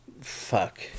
fuck